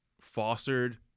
fostered